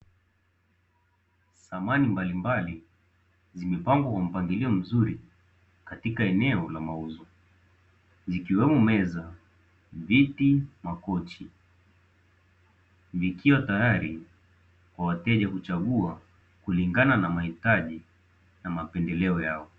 Samani mbalimbali zilizopangwa kwa mpangilio mzuri, katika eneo la mauzo. Zikiwemo; meza, viti, makochi vikiwa tayari kwa wateja kuchagua kulingana na mahitaji na mapendeleo yao.